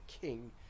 king